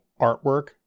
artwork